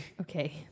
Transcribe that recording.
Okay